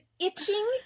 itching